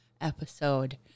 episode